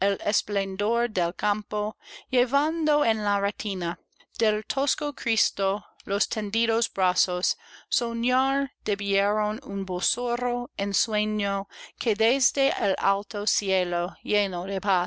campo llevando en la retina del tosco cristo los tendidos brazos soñar debieron en borroso ensueño que desde el alto cielo